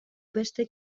beste